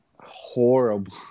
horrible